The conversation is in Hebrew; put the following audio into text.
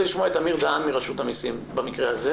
שלום,